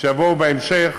שיבואו בהמשך,